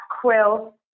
quill